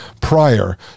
prior